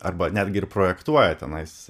arba netgi ir projektuoja tenais